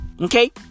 okay